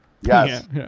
Yes